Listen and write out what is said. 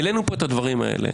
העלינו פה את הדברים האלה,